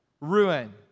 ruin